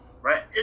Right